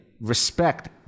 respect